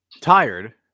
tired